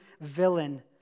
villain